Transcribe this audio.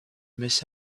miss